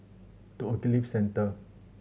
The Ogilvy Centre